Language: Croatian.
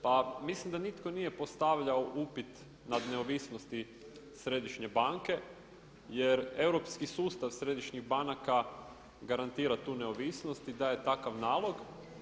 Pa mislim da nitko nije postavljao upit nad neovisnosti Središnje banke jer europski sustav središnjih banaka garantira tu neovisnost i daje takav nalog.